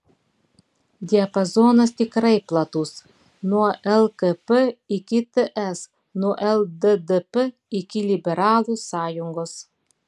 diapazonas tikrai platus nuo lkp iki ts nuo lddp iki liberalų sąjungos